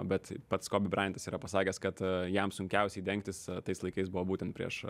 bet pats kobe bryantas yra pasakęs kad jam sunkiausiai dengtis tais laikais buvo būtent prieš